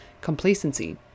complacency